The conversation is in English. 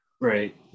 Right